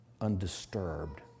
undisturbed